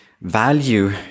Value